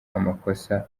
amakosa